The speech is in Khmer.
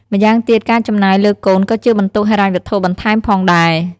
ម្យ៉ាងទៀតការចំណាយលើកូនក៏ជាបន្ទុកហិរញ្ញវត្ថុបន្ថែមផងដែរ។